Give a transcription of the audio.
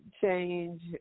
change